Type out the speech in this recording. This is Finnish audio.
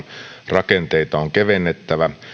rakenteita on kevennettävä